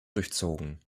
durchzogen